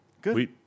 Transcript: Good